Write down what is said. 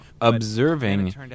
observing